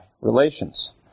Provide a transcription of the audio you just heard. relations